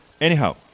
Anyhow